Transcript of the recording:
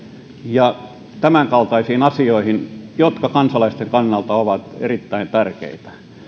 ja tämänkaltaisiin asioihin jotka kansalaisten kannalta ovat erittäin tärkeitä